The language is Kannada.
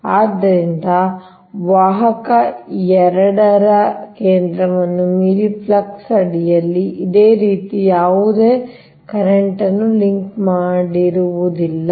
ಆದ್ದರಿಂದ ವಾಹಕ 2 ರ ಕೇಂದ್ರವನ್ನು ಮೀರಿ ಫ್ಲಕ್ಸ್ ಅಡಿಯಲ್ಲಿ ಇದೇ ರೀತಿ ಯಾವುದೇ ಕರೆಂಟ್ ನ್ನು ಲಿಂಕ್ ಮಾಡುವುದಿಲ್ಲ